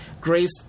Grace